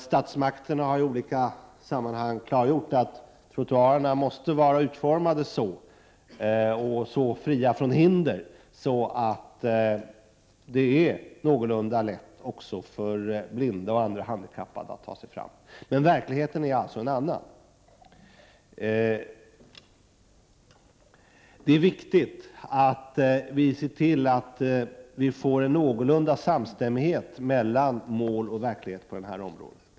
Statsmakterna har i olika sammanhang klargjort att trottoarerna måste vara fria från hinder och utformade så, att det är någorlunda lätt även för blinda och andra handikappade att ta sig fram. Verkligheten är alltså en annan. Det är viktigt att vi ser till att vi får någorlunda samstämmighet mellan mål och verklighet på detta område.